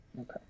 Okay